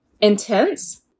intense